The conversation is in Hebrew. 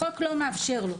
החוק לא מאפשר לו.